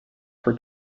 for